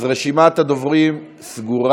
אז רשימת הדוברים סגורה.